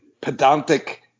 pedantic